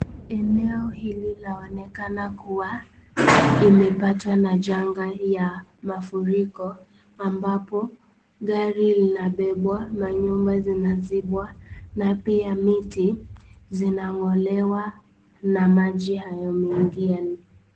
Eneo hili laonekana kuwa limepatwa na janga ya mafuriko ambapo gari la bebwa na nyumba zazibwa na pia miti zinang'olewa na maji hayo mengi.